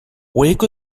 wake